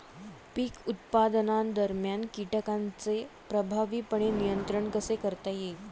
पीक उत्पादनादरम्यान कीटकांचे प्रभावीपणे नियंत्रण कसे करता येईल?